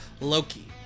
Loki